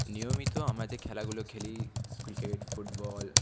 নিয়মিত আমরা যে খেলাগুলো খেলি ক্রিকেট ফুটবল